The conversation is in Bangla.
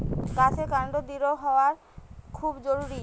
গাছের কান্ড দৃঢ় হওয়া খুব জরুরি